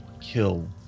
kill